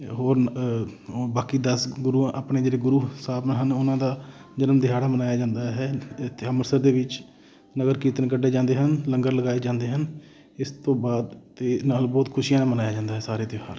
ਹੋਰ ਬਾਕੀ ਦਸ ਗੁਰੂ ਆਪਣੇ ਜਿਹੜੇ ਗੁਰੂ ਸਾਹਿਬ ਹਨ ਉਹਨਾਂ ਦਾ ਜਨਮ ਦਿਹਾੜਾ ਮਨਾਇਆ ਜਾਂਦਾ ਹੈ ਇੱਥੇ ਅੰਮ੍ਰਿਤਸਰ ਦੇ ਵਿੱਚ ਨਗਰ ਕੀਰਤਨ ਕੱਢੇ ਜਾਂਦੇ ਹਨ ਲੰਗਰ ਲਗਾਏ ਜਾਂਦੇ ਹਨ ਇਸ ਤੋਂ ਬਾਅਦ ਅਤੇ ਨਾਲ ਬਹੁਤ ਖੁਸ਼ੀਆਂ ਨਾਲ ਮਨਾਇਆ ਜਾਂਦਾ ਹੈ ਸਾਰੇ ਤਿਉਹਾਰ